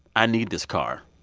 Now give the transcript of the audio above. i need this car.